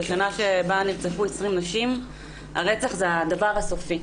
ובשנה שבה נרצחו 20 נשים הרצח הוא הדבר הסופי.